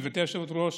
גברתי היושבת-ראש,